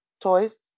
toys